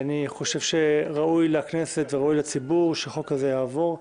ראוי לכנסת ולציבור שהחוק הזה יעבור,